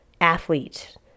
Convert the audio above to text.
athlete